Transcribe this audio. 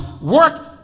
work